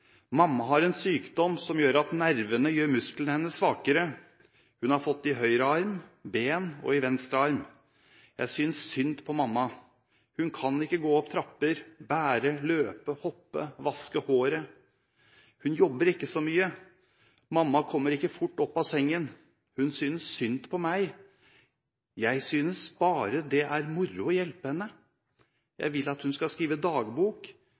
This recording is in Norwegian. mamma. Mamma kan ikke gå opp trapper, bære, løpe, hoppe, vaske håret mm. Hun jobber ikke så mye. Mamma kommer ikke så fort opp av sengen. Hun synes synd på meg. Jeg synes bare det er moro å hjelpe henne. Jeg vil at hun skal skrive dagbok,